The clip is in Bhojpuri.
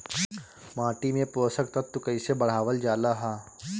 माटी में पोषक तत्व कईसे बढ़ावल जाला ह?